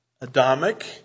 Adamic